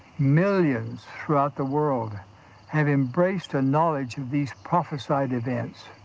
millions throughout the world have embraced a knowledge of these prophesied events.